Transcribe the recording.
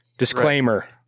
Disclaimer